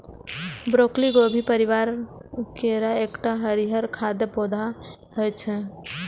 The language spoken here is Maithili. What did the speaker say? ब्रोकली गोभी परिवार केर एकटा हरियर खाद्य पौधा होइ छै